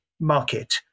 market